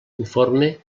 informe